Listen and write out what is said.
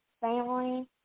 family